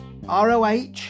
ROH